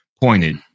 pointed